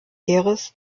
heeres